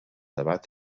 debat